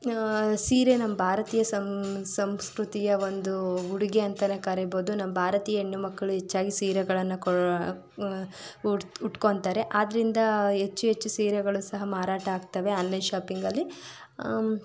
ಸೀರೆ ನಮ್ಮ ಭಾರತೀಯ ಸಂ ಸಂಸ್ಕೃತಿಯ ಒಂದು ಉಡುಗೆ ಅಂತಲೇ ಕರಿಬೋದು ನಮ್ಮ ಭಾರತೀಯ ಹೆಣ್ಣು ಮಕ್ಕಳು ಹೆಚ್ಚಾಗಿ ಸೀರೆಗಳನ್ನು ಕೋ ಉಟ್ ಉಟ್ಕೊತಾರೆ ಆದ್ದರಿಂದ ಹೆಚ್ಚು ಹೆಚ್ಚು ಸೀರೆಗಳು ಸಹ ಮಾರಾಟ ಆಗ್ತವೆ ಆನ್ಲೈನ್ ಶಾಪಿಂಗಲ್ಲಿ